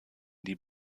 die